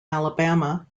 alabama